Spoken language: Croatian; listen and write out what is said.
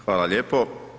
Hvala lijepo.